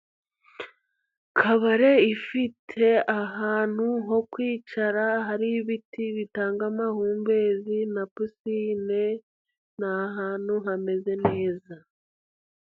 Kabare ifite ahantu ho kwicara, hari ibiti bitanga amahumbezi na pisine, ni ahantu hameze neza.